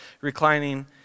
reclining